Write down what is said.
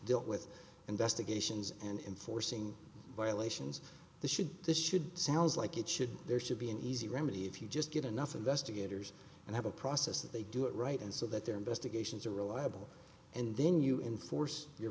dealt with investigations and enforcing violations the should this should sounds like it should there should be an easy remedy if you just get enough investigators and have a process that they do it right and so that their investigations are reliable and then you enforce your